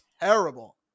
terrible